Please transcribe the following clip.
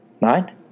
Nine